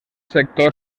sector